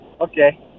Okay